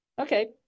Okay